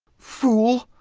fool!